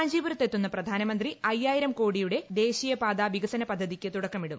കാഞ്ചീപുരത്തെത്മുന്നു പ്രധാനമന്ത്രി അയ്യായിരം കോടിയുടെ ദേശീയ പാതാ വികസന പ്രദ്ധത്തൂക്ക് തുടക്കമിടും